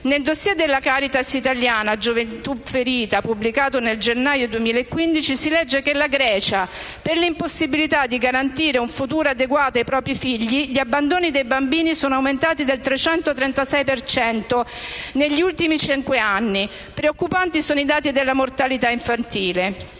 Nel *dossier* della Caritas italiana «Gioventù ferita», pubblicato nel gennaio 2015, si legge che in Grecia, per l'impossibilità di garantire un futuro ai propri ai figli, gli abbandoni dei bambini sono aumentati del 336 per cento negli ultimi cinque anni. Preoccupanti sono i dati della mortalità infantile.